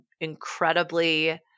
incredibly